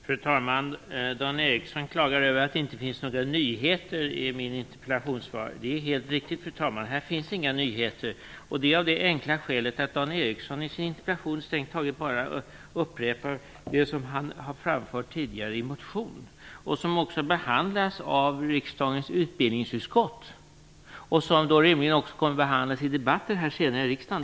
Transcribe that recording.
Fru talman! Dan Ericsson klagar över att det inte finns några nyheter i mitt interpellationssvar. Det är helt riktigt, fru talman. Här finns inga nyheter av det enkla skälet att Dan Ericsson i sin interpellation strängt taget bara upprepar det som han har framfört tidigare i en motion. Den behandlas att riksdagens utbildningsutskott. Då kommer den rimligen också att behandlas i debatter senare i riksdagen.